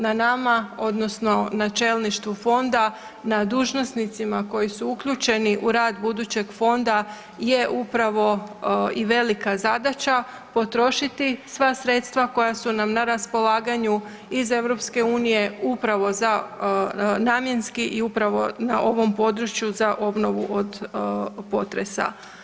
Na nama odnosno na čelništvu fonda, na dužnosnicima koji su uključeni u rad budućeg fonda je upravo i velika zadaća, potrošiti sva sredstva koja su nam na raspolaganja iz EU upravo za, namjenski i upravo na ovom području za obnovu od potresa.